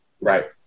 Right